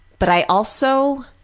but i also,